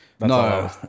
No